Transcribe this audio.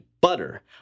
butter